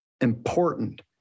important